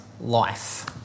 life